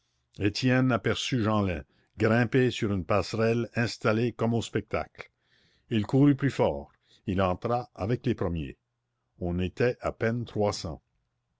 étienne aperçut jeanlin grimpé sur une passerelle installé comme au spectacle il courut plus fort il entra avec les premiers on était à peine